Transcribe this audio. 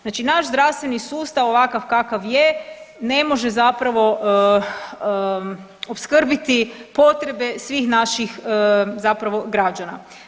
Znači naš zdravstveni sustav ovakav kakav je ne može zapravo opskrbiti potrebe svih naših zapravo građana.